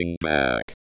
back